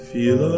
Feel